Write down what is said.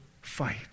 fight